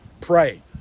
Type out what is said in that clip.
Pray